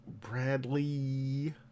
Bradley